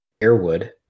Airwood